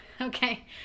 okay